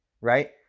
right